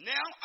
Now